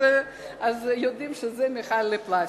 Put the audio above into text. אז יודעים שזה מכל לפלסטיק.